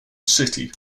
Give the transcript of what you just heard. city